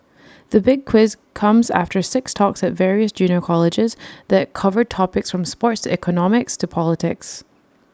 the big quiz comes after six talks at various junior colleges that covered topics from sports economics to politics